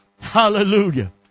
Hallelujah